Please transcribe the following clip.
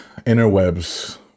interwebs